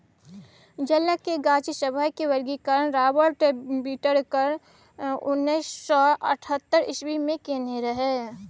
जलक गाछ सभक वर्गीकरण राबर्ट बिटकर उन्नैस सय अठहत्तर इस्वी मे केने रहय